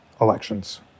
elections